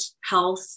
health